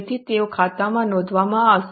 તેથી તેઓ ખાતામાં નોંધમાં આવશે